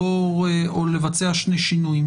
לבצע שני שינויים: